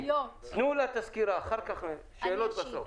שאלות בסוף.